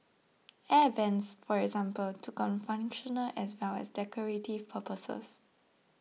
Air Vents for example took on functional as well as decorative purposes